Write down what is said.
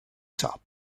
top